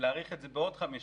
להאריך את זה בעוד חמש שנים.